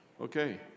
Okay